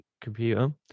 computer